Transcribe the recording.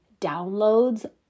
downloads